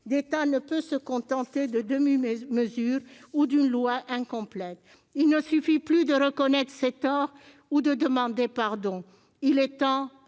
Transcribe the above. L'État ne peut se contenter de demi-mesures ou d'une loi incomplète. Il ne suffit plus de reconnaître ses torts ou de demander pardon, il est temps